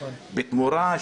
בתמורה,